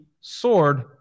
sword